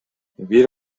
бир